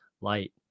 light